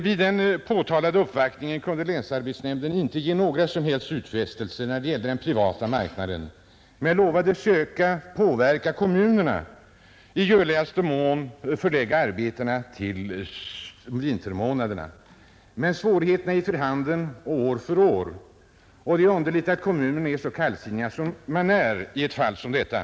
Vid den nämnda uppvaktningen kunde länsarbetsnämnden inte ge några som helst utfästelser i fråga om den privata marknaden men lovade söka påverka kommunerna att i görligaste mån förlägga arbeten till vintermånaderna. Men svårigheterna återkommer varje år, och det är underligt att kommunerna ställer sig så kallsinniga som förhållandet är i ett fall som detta.